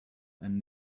and